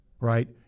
right